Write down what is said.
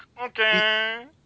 Okay